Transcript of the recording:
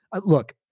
Look